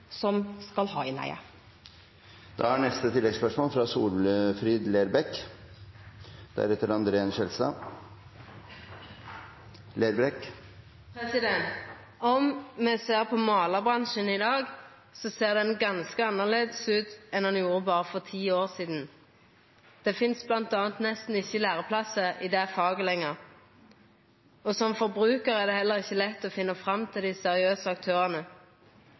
som skal ha innleie. Solfrid Lerbrekk – til oppfølgingsspørsmål. Om me ser på målarbransjen i dag, så ser han ganske annleis ut enn han gjorde for berre ti år sidan. Det finst bl.a. nesten ikkje læreplassar i det faget lenger, og som forbrukar er det heller ikkje lett å finna fram til dei seriøse aktørane.